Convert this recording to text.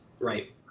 Right